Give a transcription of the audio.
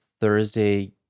Thursday